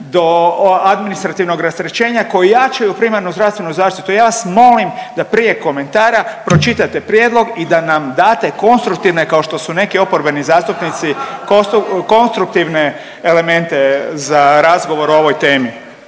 do administrativnog rasterećenja koji jačaju primarnu zdravstvenu zaštitu. Ja vas molim da prije komentara pročitate prijedlog i da nam date konstruktivne kao što su neki oporbeni zastupnici konstruktivne elemente za razgovor o ovoj temi.